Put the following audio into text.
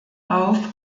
auf